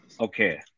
Okay